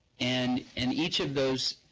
and in each of those,